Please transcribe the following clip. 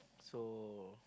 so